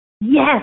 Yes